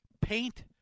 paint